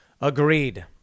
agreed